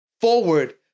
forward